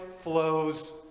flows